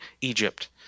Egypt